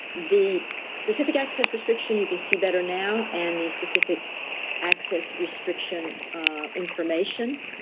the specific access restriction you can see better now, and the specific access restriction information.